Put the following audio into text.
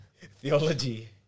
theology